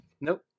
Nope